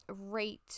rate